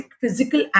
physical